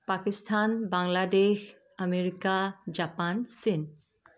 Pakistan Bangladesh America Japan চীন